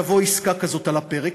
כשתהיה עסקה כזאת על הפרק,